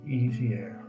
easier